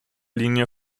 linie